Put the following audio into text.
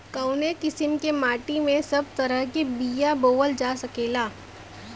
कवने किसीम के माटी में सब तरह के बिया बोवल जा सकेला?